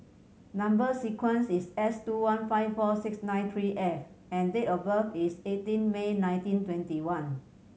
number sequence is S two one five four six nine three F and date of birth is eighteen May nineteen twenty one